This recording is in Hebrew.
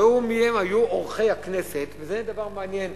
ראו מי היו אורחי הכנסת, וזה דבר מעניין,